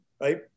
right